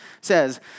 says